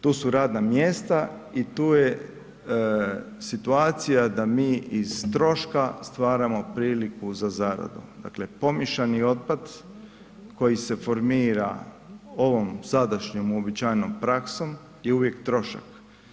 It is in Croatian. Tu su radna mjesta i tu je situacija da mi iz troška stvaramo priliku za zaradu, dakle pomiješani otpad koji se formira ovom sadašnjom uobičajenom praksom je uvijek trošak.